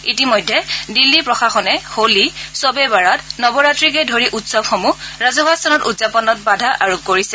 ইতিমধ্যে দিন্নী প্ৰশাসনে হোলী খ্ব এ বৰাত নৱ ৰাত্ৰিকে ধৰি উৎসৱসমূহ ৰাজহুৱা স্থানত উদযাপনত বাধা আৰোপ কৰিছে